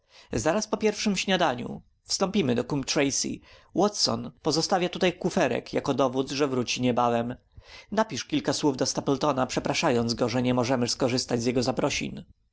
zaraz po pierwszem śniadaniu wstąpimy do coombe tracey watson pozostawia tutaj kuferek jako dowód że wróci niebawem napisz kilka słów do stapletona przepraszając go że nie możesz korzystać z jego zaprosin